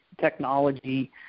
technology